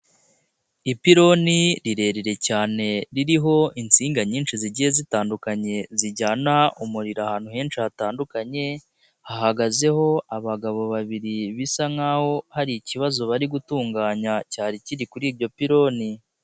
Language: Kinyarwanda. Ipironi rirerire cyane ririho insinga nyinshi zigiye zitandukanye zijyana umuriro ahantu henshi hatandukanye hahagazeho abagabo babiri bisa nkaho hari ikibazo bari gutunganya cyari kiri kuri iryo pironi.